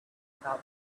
about